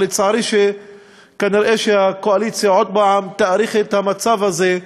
אבל כנראה הקואליציה עוד פעם תאריך את המצב הזה,